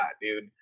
dude